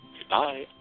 Goodbye